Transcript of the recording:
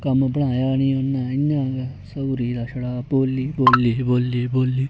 कम्म बनाया निं उ'न्नै इ'यां गै सौह्री दा छड़ा बोली बोली बोली बोली